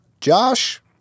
Josh